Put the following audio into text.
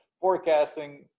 forecasting